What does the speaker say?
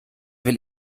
will